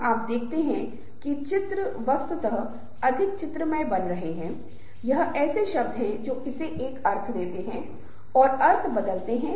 हम कह सकते हैं कि 3 4 5 ये चरण ठीक हैं सिर्फ चर्चा के उद्देश्य से लेकिन अनुभव और ज्ञान के आधार पर व्यक्ति बदलते रहते हैं